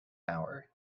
hour